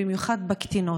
במיוחד בקטינות.